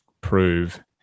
prove